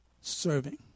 serving